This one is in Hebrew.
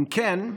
אם כן,